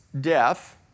death